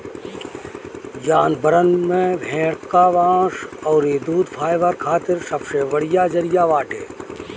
जानवरन में भेड़ कअ मांस अउरी दूध फाइबर खातिर सबसे बढ़िया जरिया बाटे